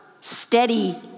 steady